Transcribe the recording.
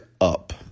up